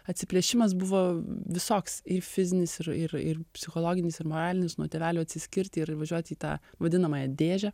atsiplėšimas buvo visoks ir fizinis ir ir psichologinis ir moralinis nuo tėvelių atsiskirti ir važiuot į tą vadinamąją dėžę